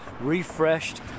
refreshed